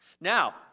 Now